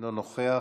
אינו נוכח.